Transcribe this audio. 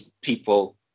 people